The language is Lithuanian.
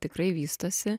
tikrai vystosi